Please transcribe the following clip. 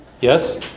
Yes